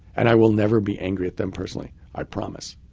and i will never be angry at them personally, i promise.